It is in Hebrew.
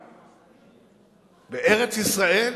שאומרים: